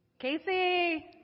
Casey